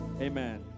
Amen